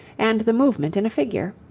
and the movement in a figure.